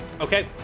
Okay